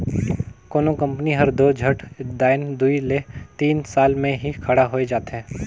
कोनो कंपनी हर दो झट दाएन दुई ले तीन साल में ही खड़ा होए जाथे